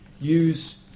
use